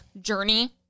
journey